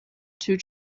two